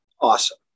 Awesome